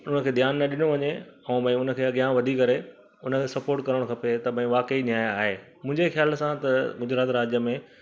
हुनखे ध्यानु न ॾिनो वञे ऐं भई हुनखे अॻियां वधी करे हुनखे सपोट करणु खपे त भई वाक़ई न्याउ आहे मुंहिंजे ख़्याल सां त गुजरात राज्य में